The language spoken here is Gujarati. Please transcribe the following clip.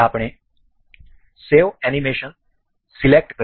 આપણે સેવ એનિમેશન સિલેક્ટ કરીશું